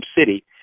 city